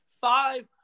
Five